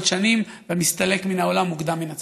שנים ומסתלק מן העולם מוקדם מן הצפוי.